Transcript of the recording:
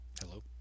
Hello